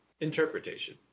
interpretation